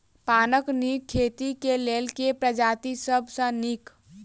पानक नीक खेती केँ लेल केँ प्रजाति सब सऽ नीक?